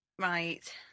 right